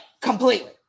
completely